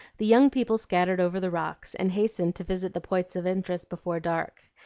the young people scattered over the rocks, and hastened to visit the points of interest before dark.